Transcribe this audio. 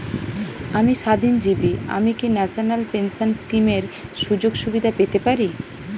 আমি স্বাধীনজীবী আমি কি ন্যাশনাল পেনশন স্কিমের সুযোগ সুবিধা পেতে পারি?